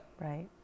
Right